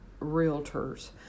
Realtors